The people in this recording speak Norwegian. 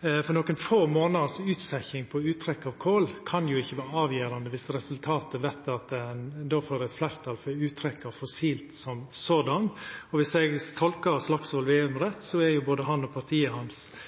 for nokre få månaders utsetjing på uttrekk av kol kan ikkje vera avgjerande viss resultatet vert at ein får eit fleirtal for uttrekk av fossilt. Viss eg tolkar Slagsvold Vedum rett, er både han og partiet hans